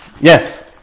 Yes